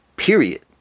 Period